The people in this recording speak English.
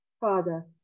Father